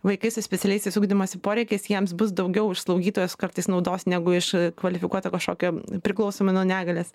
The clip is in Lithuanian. vaikai su specialiaisiais ugdymosi poreikiais jiems bus daugiau iš slaugytojos kartais naudos negu iš kvalifikuoto kažkokio priklausomai nuo negalės